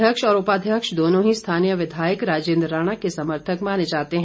अध्यक्ष और उपाध्यक्ष दोनों ही स्थानीय विधायक राजेन्द्र राणा के समर्थक माने जाते हैं